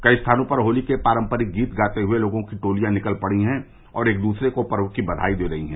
कई स्थानों पर होली के पारम्परिक गीत गाते हुए लोगों की टोलियां निकल पड़ी है और एक दूसरे को पर्व की बघाई दे रही हैं